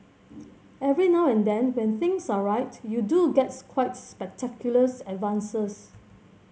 every now and then when things are right you do gets quite spectaculars advances